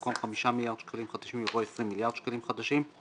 במקום "חמישה מיליארד שקלים חדשים" יבוא "עשרים מיליארד שקלים חדשים",